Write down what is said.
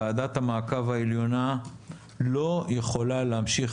ועדת המעקב העליונה לא יכולה להמשיך